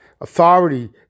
authority